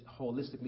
holistically